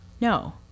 No